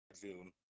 zoom